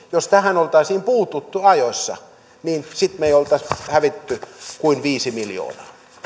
jos tähän oltaisiin puututtu ajoissa niin sitten me emme olisi hävinneet kuin viisi miljoonaa